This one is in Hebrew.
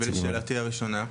ולשאלתי הראשונה?